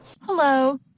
Hello